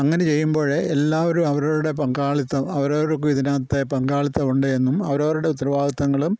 അങ്ങനെ ചെയ്യുമ്പോഴേ എല്ലാവരും അവരവരുടെ പങ്കാളിത്തം അവരവര്ക്ക് ഇതിനകത്തെ പങ്കാളിത്തം ഉണ്ട് എന്നും അവരവരുടെ ഉത്തരവാദിത്തങ്ങളും